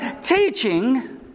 teaching